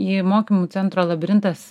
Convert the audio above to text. į mokymų centro labirintas